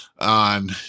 on